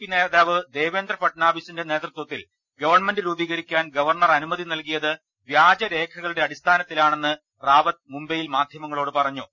P നേതാവ് ദേവേന്ദ്രഫഡ്നാവിസിന്റെ നേതൃത്വത്തിൽ ഗവൺമെന്റ് രൂപീകരിക്കാൻ ഗവർണർ അനുമതി നൽകിയത് വൃാജരേഖകളുടെ അടിസ്ഥാനത്തിലാണെന്ന് റാവത്ത് മുംബൈയിൽ മാധ്യമങ്ങളോട് പറഞ്ഞു